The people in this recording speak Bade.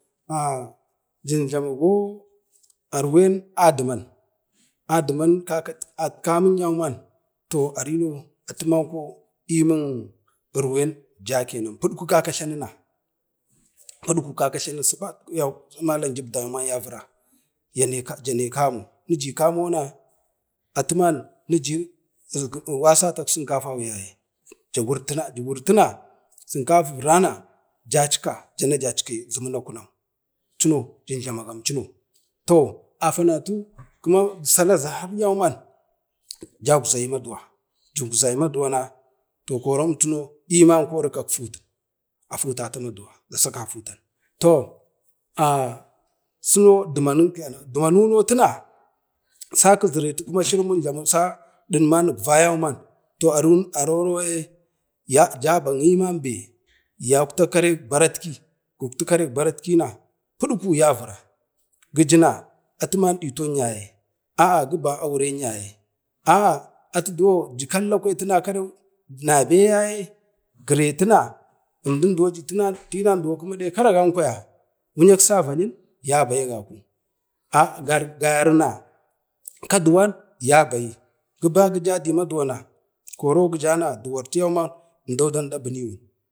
Toh ah jinjhamago arwen aduman, adiman kaka itka yauman toh arino atumanko duwonmna imun irvin jawo kenan, kaka tlanuna, kaka tlamu yau asubat kin malam jibda na javira jane kamo, niji wasatak simkafau yaye, wurtane ja wurtina sirikati virana jaj ka jana jacka zinum na kunu cuno jun jlamgam cuno to afana tu ku kima s salan azahar yauman jakzeyi maduwa jukzai maduwana na to koro emtino ema kori kak hutu afutata maduwa. da sakatu to a sino dumanu, dumanu kenan dumanu nautina sa kiziretume kuma jlurumin jlamu sa ɗiman igva yauman to aro aroroye ya jabə yiimaa be yaktak karek baram, gakti karrek barati na puɗko ya vira gijina atiman ɗiton yaye aa aguren yaye aa ati ju kalla kwayam tina karau nabee gretuna emdaumin ju tinon karagan kwaya wuyan, wu'yak savayim yabai agaku, aa ga ga garina kaduwan ya bayi, giba gijadi maduwau koro duwartu yaumanna emdo dan dan debini wuni.